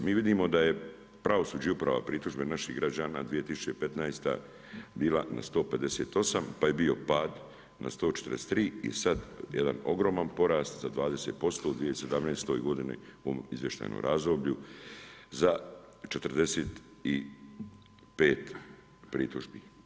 Mi vidimo da je pravosuđe i uprava pritužbe naših građana 2015. bila na 158 pa je bio pad na 143 i sad jedan ogroman porast za 20% u 2017. godini u izvještajnom razdoblju za 45 pritužbi.